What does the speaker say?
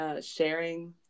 Sharing